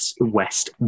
West